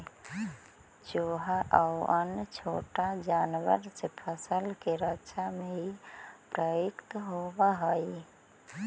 चुहा आउ अन्य छोटा जानवर से फसल के रक्षा में इ प्रयुक्त होवऽ हई